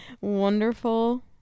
wonderful